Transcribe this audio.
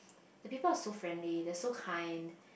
the people are so friendly they are so kind